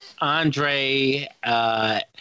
Andre